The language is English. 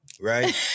right